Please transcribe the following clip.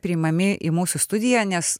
priimami į mūsų studiją nes